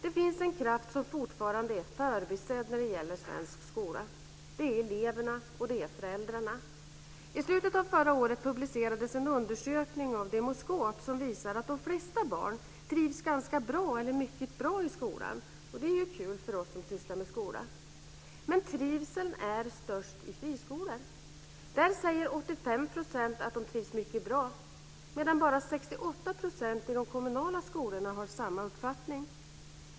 Det finns en kraft som fortfarande är förbisedd när det gäller svensk skola. Det är eleverna och föräldrarna. I slutet av förra året publicerades en undersökning av Demoskop som visade att de flesta barn trivs ganska bra eller mycket bra i skolan. Det är roligt för oss som sysslar med skolan. Men trivseln är störst i friskolor. Där säger 85 % att de trivs mycket bra, medan bara 68 % i de kommunala skolorna har samma uppfattning.